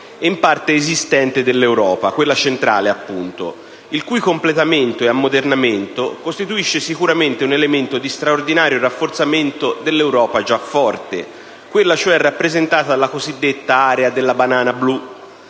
e in parte esistente dell'Europa, quella centrale, appunto, il cui completamento e ammodernamento è sicuramente un elemento di straordinario rafforzamento dell'Europa già forte, quella cioè rappresentata dalla cosiddetta area della «banana blu»,